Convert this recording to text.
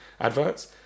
adverts